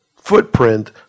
footprint